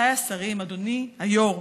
רבותיי השרים, אדוני היו"ר,